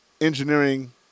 engineering